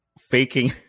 faking